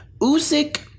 Usyk